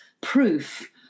proof